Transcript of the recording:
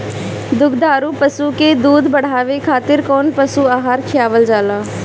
दुग्धारू पशु के दुध बढ़ावे खातिर कौन पशु आहार खिलावल जाले?